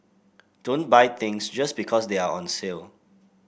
don't buy things just because they are on the sale